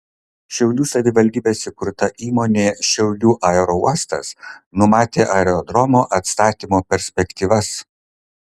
šiaulių savivaldybės įkurta įmonė šiaulių aerouostas numatė aerodromo atstatymo perspektyvas